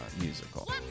musical